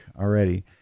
already